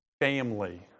family